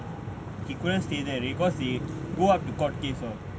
he couldn't stay there because they go up to court case all